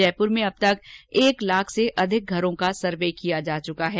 जयपुर में अब तक एक लाख से अधिक घरों में सर्वे किया जा चुका है